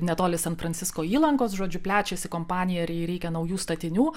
netoli san francisko įlankos žodžiu plečiasi kompanija ir jai reikia naujų statinių